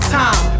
time